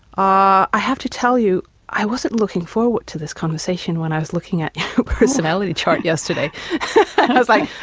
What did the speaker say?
ah i have to tell you i wasn't looking forward to this conversation when i was looking at your personality chart yesterday. i was like,